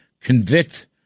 convict